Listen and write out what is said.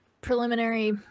Preliminary